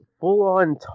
full-on